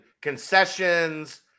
concessions